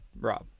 Rob